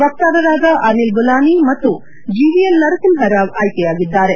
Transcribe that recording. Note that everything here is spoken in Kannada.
ವಕ್ತಾರರಾದ ಅನಿಲ್ ಬುಲಾನಿ ಮತ್ತು ಜೆವಿಎಲ್ ನರಸಿಂಪ ರಾವ್ ಆಯ್ಕೆಯಾಗಿದ್ದಾರೆ